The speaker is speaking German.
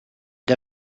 der